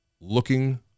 looking